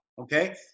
okay